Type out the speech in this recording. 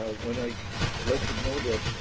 ah when i let them know that